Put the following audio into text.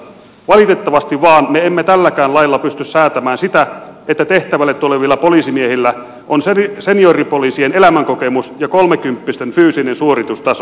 valitettavasti vain me emme tälläkään lailla pysty säätämään sitä että tehtävälle tulevilla poliisimiehillä on senioripoliisien elämänkokemus ja kolmekymppisten fyysinen suoritustaso